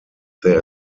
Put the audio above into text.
there